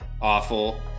awful